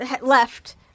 left